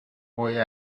boy